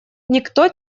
никто